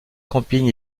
campings